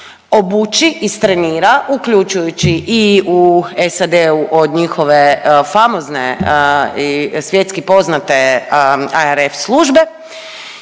obući, istrenira uključujući i u SAD-u od njihove famozne i svjetski poznate ARF službe